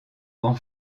grand